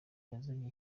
yajyanye